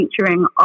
featuring